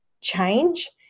change